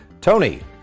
Tony